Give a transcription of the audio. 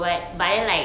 mm